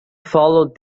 follow